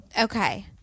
Okay